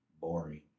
Boring